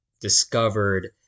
discovered